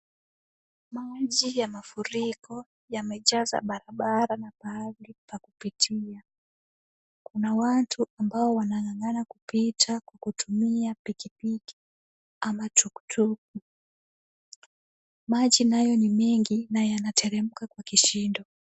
Maji ya mafuriko yamejaza barabara na pahali pa kupitia. Kuna watu ambao wanang'ang'ana kupita kwa kutumia pikipiki ama tukutuku . Maji nayo ni mengi na yanateremka kwa kishindo.